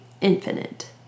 infinite